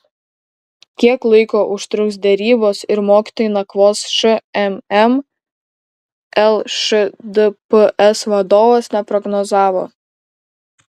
kiek laiko užtruks derybos ir mokytojai nakvos šmm lšdps vadovas neprognozavo